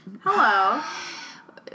Hello